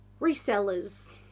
resellers